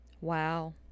Wow